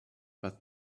but